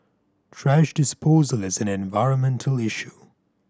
thrash disposal is an environmental issue